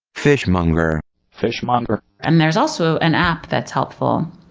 fishmonger. fishmonger. and there's also an app that's helpful,